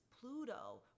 Pluto